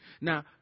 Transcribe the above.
Now